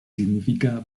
significa